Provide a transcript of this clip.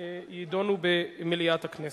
יידונו במליאת הכנסת.